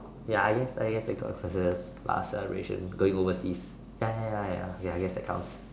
ya I guess I guess I got about celebration going overseas ya ya ya ya yes that counts